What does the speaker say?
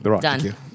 Done